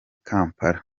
kampala